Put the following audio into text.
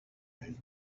and